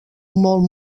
molt